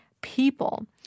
people